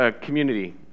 community